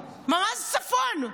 ממ"ז צפון.